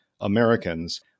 Americans